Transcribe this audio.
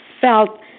felt